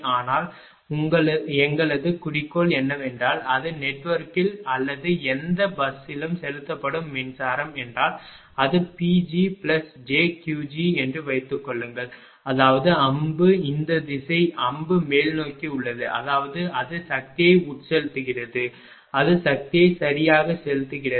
ஆனால் எங்களது குறிக்கோள் என்னவென்றால் அது நெட்வொர்க்கில் அல்லது எந்தப் பஸ்சிலும் செலுத்தப்படும் மின்சாரம் என்றால் அது PgjQg என்று வைத்துக்கொள்ளுங்கள் அதாவது அம்பு இந்த திசை அம்பு மேல்நோக்கி உள்ளது அதாவது அது சக்தியை உட்செலுத்துகிறது அது சக்தியை சரியாக செலுத்துகிறது